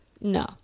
no